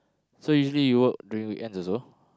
so usually you work during weekends also